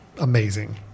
amazing